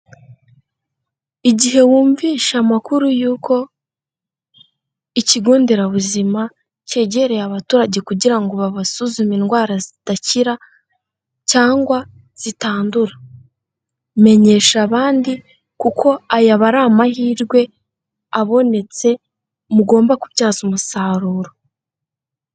Igihe wumvishe amakuru yuko ikigo nderabuzima kegereye abaturage kugira ngo babasuzume indwara zidakira cyangwa zitandura. Menyesha abandi kuko aya ari amahirwe abonetse mugomba kubyaza umusaruro.